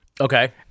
Okay